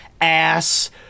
ass